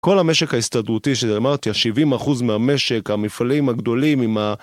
כל המשק ההסתדרותי שאמרתי, ה-70% מהמשק, המפעלים הגדולים עם ה...